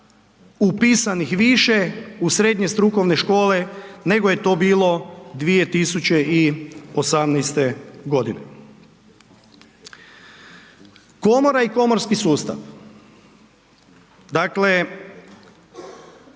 upisanih više u srednje strukovne škole nego je to bilo 2018. godine. Komora i komorski sustav, dakle